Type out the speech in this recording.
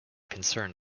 concern